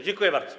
Dziękuję bardzo.